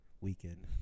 weekend